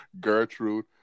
gertrude